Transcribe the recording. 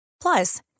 Plus